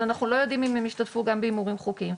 אבל אנחנו לא יודעים אם הם השתתפו גם בהימורים חוקיים.